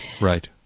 Right